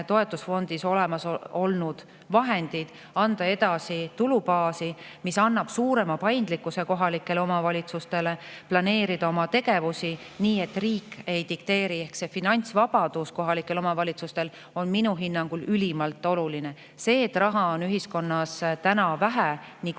toetusfondis olnud vahendid edasi anda tulubaasi, et see annaks suurema paindlikkuse kohalikele omavalitsustele planeerida oma tegevusi nii, et riik ei dikteeri. Finantsvabadus on kohalikele omavalitsustele minu hinnangul ülimalt oluline. See, et raha on ühiskonnas vähe nii kohalikul